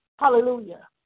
Hallelujah